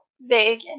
vague